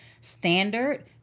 standard